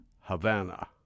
Havana